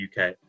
UK